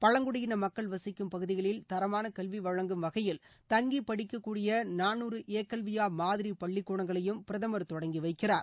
பழங்குடியின மக்கள் வசிக்கும் பகுதிகளில் தரமான கல்வி வழங்கும் வகையில் தங்கி படிக்கக்கூடிய நாநூறு ஏகல்வியா மாதிரி பள்ளிக்கூடங்களையும் பிரதமர் தொடங்கி வைக்கிறார்